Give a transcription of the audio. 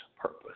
purpose